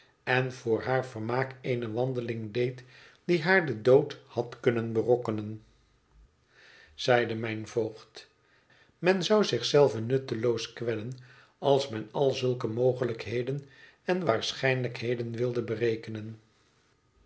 en voor haar vermaak eene wandeling deed die haar den dood had kunnen berokkenen zeide mijn voogd men zou zich zelven nutteloos kwellen als men al zulke mogelijkheden en waarschijnlijkheden wilde berekenen